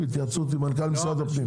בהתייעצות עם מנכ"ל משרד הפנים.